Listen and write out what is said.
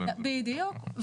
בדיוק,